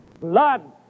Blood